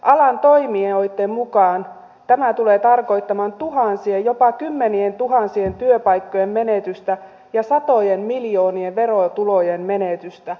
alan toimijoitten mukaan tämä tulee tarkoittamaan tuhansien jopa kymmenientuhansien työpaikkojen menetystä ja satojen miljoonien verotulojen menetystä